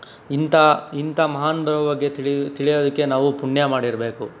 ಇಂಥ ಇಂಥ ಮಹಾನರ ಬಗ್ಗೆ ತಿಳಿಯೋ ತಿಳಿಯೋದಕ್ಕೆ ನಾವು ಪುಣ್ಯ ಮಾಡಿರಬೇಕು